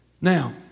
Now